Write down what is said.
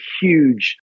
huge